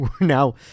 Now